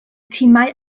timau